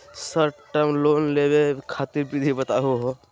Short term loan लेवे खातीर विधि बताहु हो?